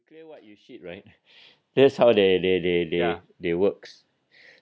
clear what you shit right that's how they they they they works